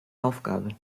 aufgabe